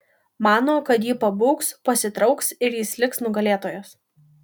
mano kad ji pabūgs pasitrauks ir jis liks nugalėtojas